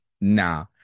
nah